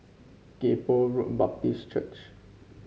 Kay Poh Road Baptist Church